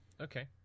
Okay